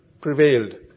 prevailed